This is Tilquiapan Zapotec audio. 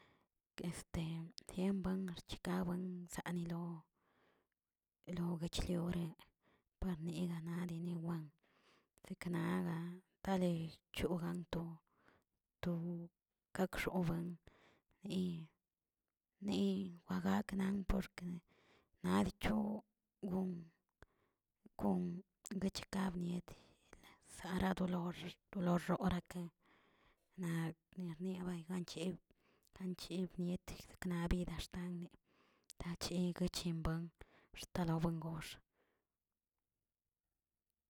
Arka buen zaniloꞌ loguechrioleꞌe parniganari wean, sekenaga naꞌ le chogan to- to gaxoban ni- niwagaknan porke naꞌ dicho gon kon guechikab nieti, sara dolor- dolororake, naꞌ nerniey bankacheri banchieb niet sikna vida xtanle naꞌ che guchen buen xtalabuen gox.